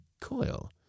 coil